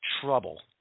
trouble